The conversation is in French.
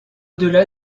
delà